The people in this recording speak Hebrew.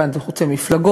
כאן זה חוצה מפלגות,